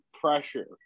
pressure